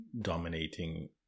dominating